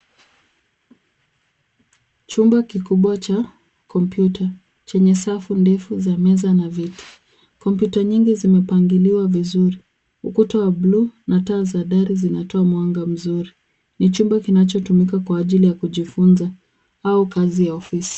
Chumba kikubwa cha komputa, chenye safu ndefu za meza na viti. Komputa nyingi zimepangiliwa vizuri .Ukuta wa blue na taa za dari zinatoa mwanga mzuri. Ni chumba kinachotumika kwa ajili ya kujifunza au kazi ya ofisi.